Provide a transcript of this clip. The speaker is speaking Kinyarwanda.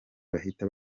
bahita